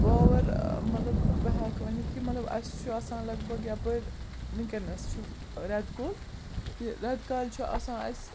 power ٲں مطلب بہٕ ہیٚکہٕ ؤنِتھ کہِ مطلب اسہِ چھُ آسان لگ بھَگ یَپٲرۍ وُنکیٚس چھُ ریٚتہٕ کوٗل تہِ ریٚتہٕ کالہِ چھُ آسان اسہِ